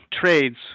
trades